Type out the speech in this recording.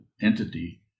entity